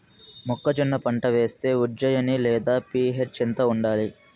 మొక్కజొన్న పంట వేస్తే ఉజ్జయని లేదా పి.హెచ్ ఎంత ఉండాలి?